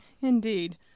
Indeed